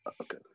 Okay